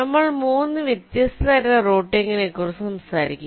നമ്മൾ 3 വ്യത്യസ്ത തരം റൂട്ടിംഗിനെക്കുറിച്ച് സംസാരിക്കും